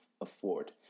afford